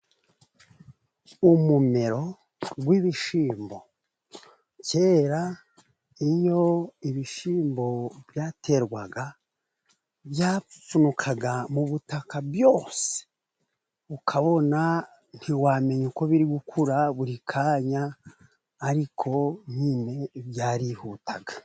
Umumero w'ibishyimbo. Kera iyo ibishyimbo byaterwaga, byapfupfunukaga mu butaka byose. Ukabona ntiwamenya uko biri gukura buri kanya ariko nyine byarihutaga.